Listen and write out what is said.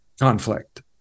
conflict